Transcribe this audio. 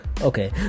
okay